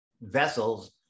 vessels